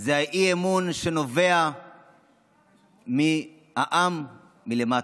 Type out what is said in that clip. זה אי-אמון שנובע מהעם, מלמטה.